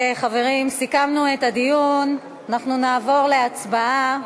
חברים, סיכמנו את הדיון, ואנחנו נעבור להצבעה.